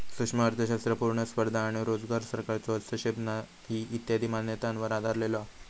सूक्ष्म अर्थशास्त्र पुर्ण स्पर्धा आणो रोजगार, सरकारचो हस्तक्षेप नाही इत्यादी मान्यतांवर आधरलेलो हा